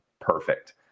perfect